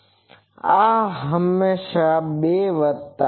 આ હશે હંમેશાં 2 વત્તા